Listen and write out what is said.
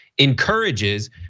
encourages